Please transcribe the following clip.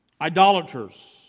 Idolaters